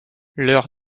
leur